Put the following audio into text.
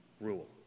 rule